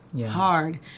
hard